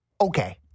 okay